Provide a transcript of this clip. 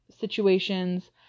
situations